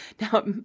Now